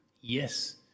yes